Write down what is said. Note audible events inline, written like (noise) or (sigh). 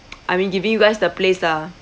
(noise) I mean giving you guys the place lah